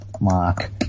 Mark